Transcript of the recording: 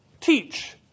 teach